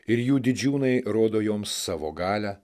ir jų didžiūnai rodo joms savo galią